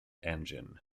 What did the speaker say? engine